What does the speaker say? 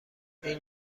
این